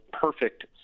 perfect